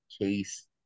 case